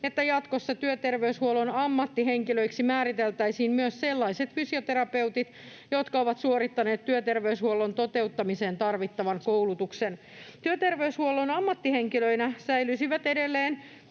että jatkossa työterveyshuollon ammattihenkilöiksi määriteltäisiin myös sellaiset fysioterapeutit, jotka ovat suorittaneet työterveyshuollon toteuttamiseen tarvittavan koulutuksen. Työterveyshuollon ammattihenkilöinä säilyisivät edelleen